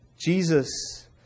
Jesus